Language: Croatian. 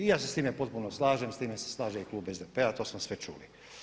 I ja se sa time postupno slažem, s time se slaže i klub SDP-a, to smo sve čuli.